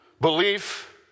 Belief